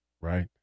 right